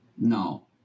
No